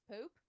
poop